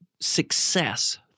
success